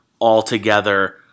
altogether